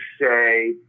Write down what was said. say